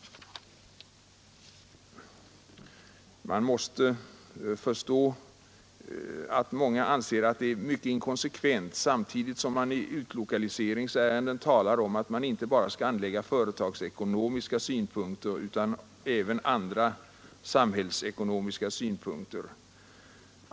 Man måste förstå att många anser det mycket inkonsekvent att lägga ned ett sådant här företag samtidigt som det i utlokaliseringsärenden talas om att vi inte bara skall anlägga företagsekonomiska utan även samhällsekonomiska synpunkter.